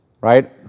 right